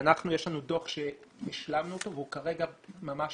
יש לנו דוח שהשלמנו אותו והוא כרגע ממש